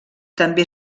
també